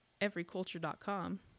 Everyculture.com